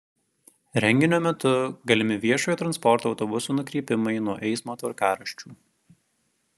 renginio metu galimi viešojo transporto autobusų nukrypimai nuo eismo tvarkaraščių